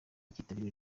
kitabiriwe